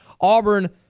auburn